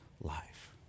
life